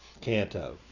canto